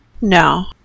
No